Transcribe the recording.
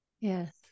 Yes